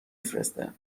فرسته